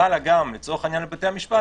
חלה גם לצורך העניין על בתי המשפט,